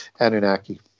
Anunnaki